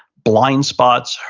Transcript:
blind spots,